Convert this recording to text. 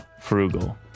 Frugal